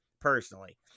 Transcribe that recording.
personally